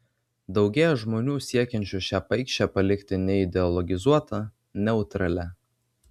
daugėja žmonių siekiančių šią paikšę palikti neideologizuota neutralia